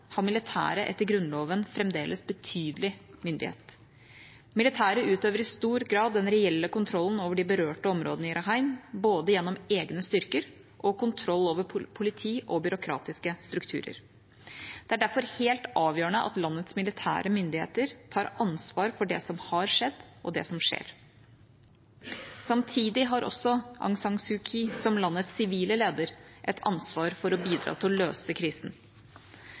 etter grunnloven fremdeles betydelig myndighet. Militæret utøver i stor grad den reelle kontrollen over de berørte områdene i Rakhine, gjennom både egne styrker og kontroll over politi og byråkratiske strukturer. Det er derfor helt avgjørende at landets militære myndigheter tar ansvar for det som har skjedd, og det som skjer. Samtidig har også Aung San Suu Kyi, som landets sivile leder, et ansvar for å bidra til å løse krisen.